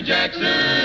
Jackson